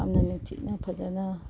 ꯌꯥꯝꯅ ꯅꯤꯡꯊꯤꯅ ꯐꯖꯅ